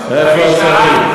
איפה השרים?